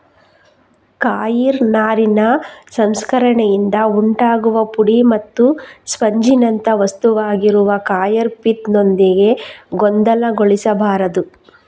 coir ನಾರಿನ ಸಂಸ್ಕರಣೆಯಿಂದ ಉಂಟಾಗುವ ಪುಡಿ ಮತ್ತು ಸ್ಪಂಜಿನಂಥ ವಸ್ತುವಾಗಿರುವ ಕಾಯರ್ ಪಿತ್ ನೊಂದಿಗೆ ಗೊಂದಲಗೊಳಿಸಬಾರದು